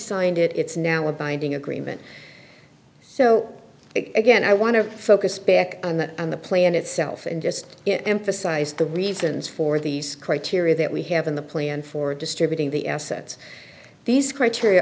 signed it it's now a binding agreement so it again i want to focus back on that and the plan itself and just emphasize the reasons for these criteria that we have in the plan for distributing the assets these criteria